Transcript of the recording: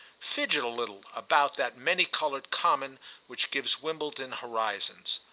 fidget a little about that many-coloured common which gives wimbledon horizons.